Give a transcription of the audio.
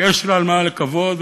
שיש למה לקוות,